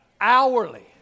hourly